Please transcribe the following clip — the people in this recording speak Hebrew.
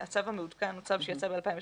הצו המעודכן יצא ב-2013,